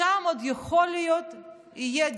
שם עוד יכול להיות שיהיה